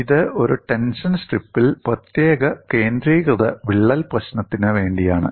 ഇത് ഒരു ടെൻഷൻ സ്ട്രിപ്പിൽ പ്രത്യേക കേന്ദ്രീകൃത വിള്ളൽ പ്രശ്നത്തിന് വേണ്ടിയാണ്